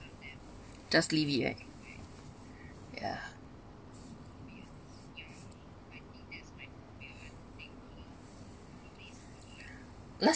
just leave it right ya last